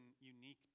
unique